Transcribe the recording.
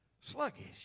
Sluggish